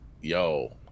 yo